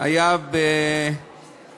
בה היה בנוכחותו ובהדרכתו כיושב-ראש של בני בגין.